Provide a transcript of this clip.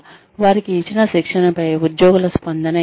వారికి ఇచ్చిన శిక్షణపై ఉద్యోగుల స్పందన ఏమిటి